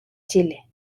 chile